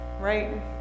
right